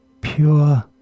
pure